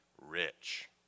rich